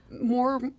more